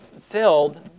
filled